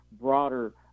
broader